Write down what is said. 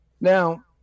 Now